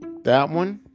that one,